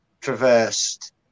traversed